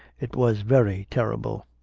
it was very terrible.